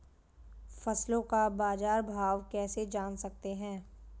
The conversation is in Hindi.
फसलों का बाज़ार भाव कैसे जान सकते हैं?